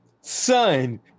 son